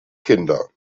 kinder